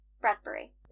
Bradbury